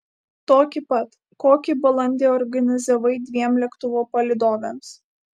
tokį pat kokį balandį organizavai dviem lėktuvo palydovėms